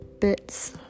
bits